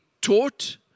taught